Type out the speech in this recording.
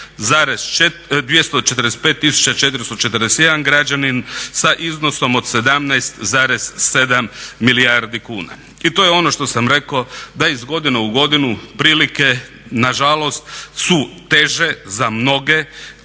245 441 građanin sa iznosom od 17,7 milijardi kuna. I to je ono što sam rekao da iz godine u godinu prilike nažalost su teže za mnoge,